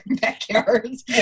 backyards